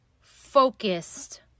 focused